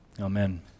Amen